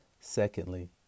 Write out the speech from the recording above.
Secondly